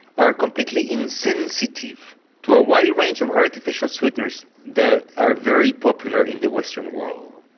are completely insensitive to a wider range of artificial sweeteners that are very popular in the western world.